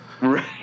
Right